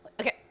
okay